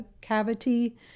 cavity